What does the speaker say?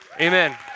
Amen